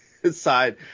Side